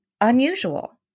unusual